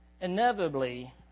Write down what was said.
Inevitably